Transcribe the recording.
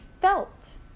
felt